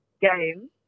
game